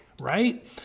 right